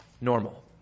normal